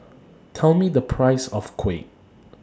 Tell Me The Price of Kuih